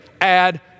add